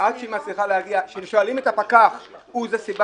עד שהיא מצליחה להגיע כששואלים את הפקח את הסיבה,